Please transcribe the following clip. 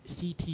CT